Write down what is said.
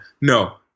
No